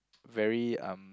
very um